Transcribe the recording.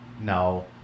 No